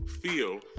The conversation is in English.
feel